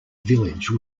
village